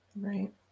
Right